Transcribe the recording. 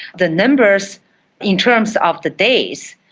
the numbers in terms of the days,